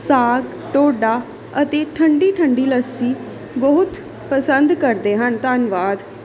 ਸਾਗ ਢੋਡਾ ਅਤੇ ਠੰਢੀ ਠੰਢੀ ਲੱਸੀ ਬਹੁਤ ਪਸੰਦ ਕਰਦੇ ਹਨ ਧੰਨਵਾਦ